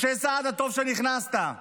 משה סעדה, טוב שנכנסת.